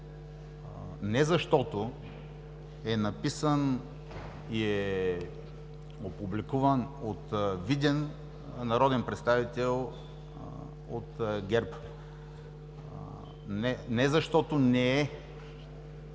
не защото е написан и е публикуван от виден народен представител от ГЕРБ, не защото не е